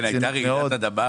כן, הייתה רעידת אדמה.